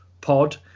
pod